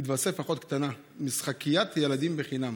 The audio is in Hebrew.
תתווסף אחות קטנה, משחקיית ילדים חינם